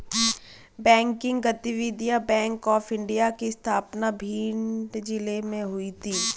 banking गतिविधियां bank of India की स्थापना भिंड जिले में हुई थी